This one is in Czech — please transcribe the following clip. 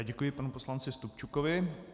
Děkuji panu poslanci Stupčukovi.